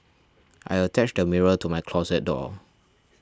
I attached a mirror to my closet door